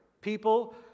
People